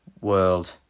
World